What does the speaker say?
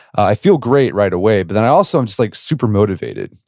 i feel great right away, but then i also i'm just like super motivated.